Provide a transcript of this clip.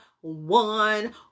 one